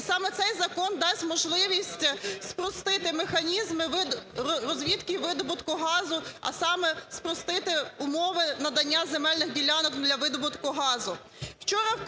і саме цей закон дасть можливість спростити механізми розвідки видобутку газу, а саме: спростити умови надання земельних ділянок для видобутку газу.